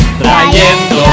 trayendo